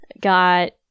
got